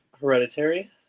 hereditary